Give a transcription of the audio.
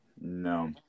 No